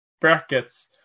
Brackets